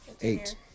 Eight